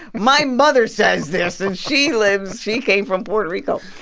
my mother says this, and she lives she came from puerto rico.